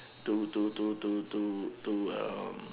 to to to to to to um